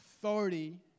authority